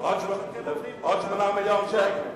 עיריית ירושלים העבירה להם עוד 8 מיליון שקל.